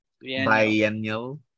Biennial